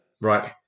Right